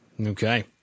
Okay